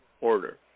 order